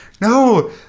No